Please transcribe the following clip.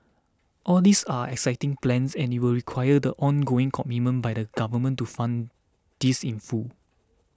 all these are exciting plans and it will require the ongoing commitment by the government to fund this in full